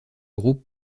groupe